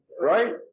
right